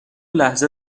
لحظه